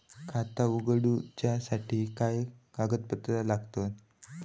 खाता उगडूच्यासाठी काय कागदपत्रा लागतत?